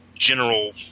general